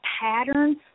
pattern